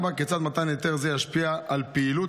4. כיצד מתן היתר זה ישפיע על פעילות